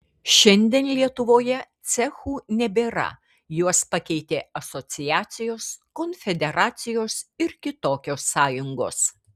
šiandien lietuvoje cechų nebėra juos pakeitė asociacijos konfederacijos ir kitokios sąjungos